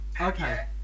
Okay